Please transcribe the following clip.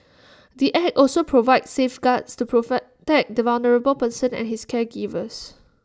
the act also provides safeguards to proffer that the vulnerable person and his caregivers